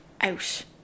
out